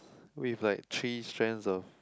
with like three strands of